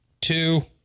two